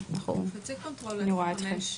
לשתי"ל, אני רק רוצה,